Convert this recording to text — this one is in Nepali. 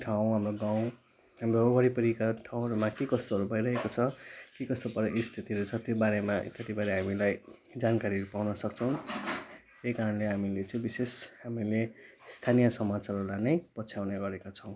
ठाउँ हाम्रो गाउँ हाम्रो वरिपरीका ठाउँहरूमा के कस्तोहरू भइरहेको छ के कस्तो स्थितिहरू छ त्यो बारेमा कतिपय हामीलाई जानकारीहरू पाउन सक्छौँ त्यैकारणले हामीले चाहिँ विशेष हामीले स्थानीय समाचारहरूलाई नै पछ्याउने गरेकै छौँ